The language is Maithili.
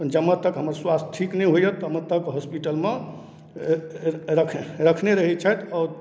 जामे तक हमर स्वास्थ्य ठीक नहि होइए तामे तक हॉस्पिटलमे रख रख रखने रहैत छथि आओर